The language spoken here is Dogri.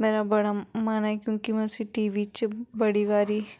मेरा बड़ा मन ऐ क्युंकि में उस्सी टी वी च बड़ी बारी